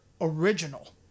original